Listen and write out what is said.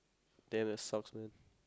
damn that sucks man